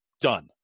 done